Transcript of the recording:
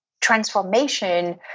transformation